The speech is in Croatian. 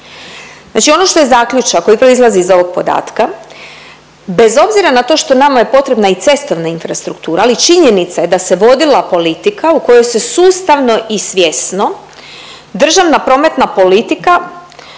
Znači ono što je zaključak koji proizlazi iz ovog podatka bez obzira na to što je nama potrebna i cestovna infrastruktura, ali činjenica je da se vodila politika u kojoj se sustavno i svjesno državna prometna politika